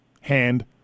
Hand